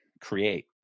create